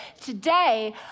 Today